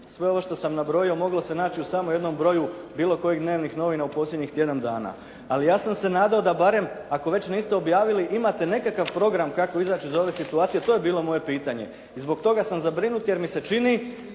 Sve ovo što sam nabrojao moglo se naći u samo jednom broju bilo kojih dnevnih novina u posljednjih tjedan dana. Ali ja sam se nadao da barem ako već niste objavili imate nekakav program kako izaći iz ove situacije, to je bilo moje pitanje i zbog toga sam zabrinut jer mi se čini